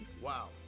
Wow